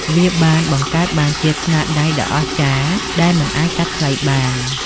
វាបានបង្កើតបានជាស្នាដៃដ៏អស្ចារ្យដែលមិនអាចកាត់ថ្លៃបាន។